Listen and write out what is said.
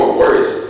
worse